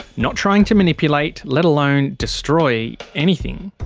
not trying to manipulate, let alone destroy, anything.